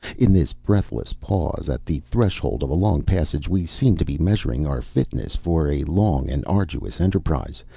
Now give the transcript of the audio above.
in this breathless pause at the threshold of a long passage we seemed to be measuring our fitness for a long and arduous enterprise,